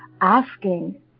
asking